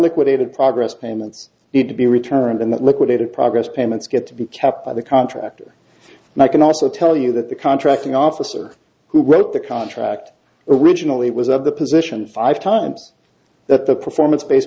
liquidated progress payments need to be returned and that liquidated progress payments get to be kept by the contractor and i can also tell you that the contracting officer who wrote the contract originally was of the position five times that the performance base